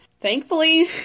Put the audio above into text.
Thankfully